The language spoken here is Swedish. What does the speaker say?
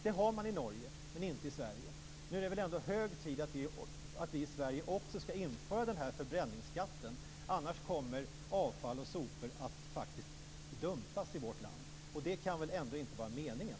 Det har man inte i Sverige. Nu är det väl ändå hög tid att vi i Sverige också inför förbränningsskatten! Annars kommer avfall och sopor att faktiskt dumpas i vårt land - och det kan väl ändå inte vara meningen?